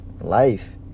life